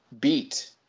beat